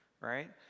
right